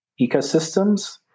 ecosystems